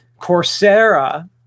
Coursera